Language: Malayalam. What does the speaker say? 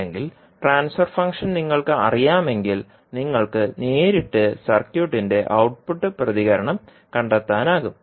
അല്ലെങ്കിൽ ട്രാൻസ്ഫർ ഫംഗ്ഷൻ നിങ്ങൾക്കറിയാമെങ്കിൽ നിങ്ങൾക്ക് നേരിട്ട് സർക്യൂട്ടിന്റെ ഔട്ട്പുട്ട് പ്രതികരണം കണ്ടെത്താനാകും